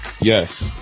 yes